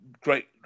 great